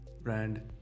brand